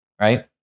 right